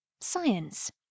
Science